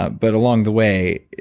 but along the way,